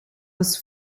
was